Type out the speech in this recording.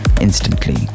instantly